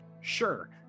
Sure